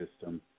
system